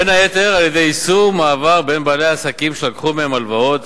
בין היתר על-ידי איסור מעבר בין בעלי עסקים שלקחו מהם הלוואות